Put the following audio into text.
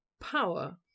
power